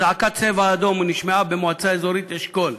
אזעקת "צבע אדום" נשמעה במועצה האזורית אשכול,